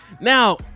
Now